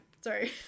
sorry